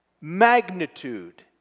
magnitude